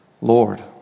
Lord